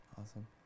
Awesome